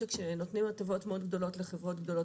כשנותנים הטבות מאוד גדולות לחברות גדולות,